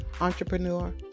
Entrepreneur